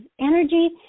energy